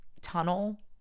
tunnel